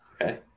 Okay